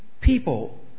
people